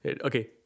Okay